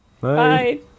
Bye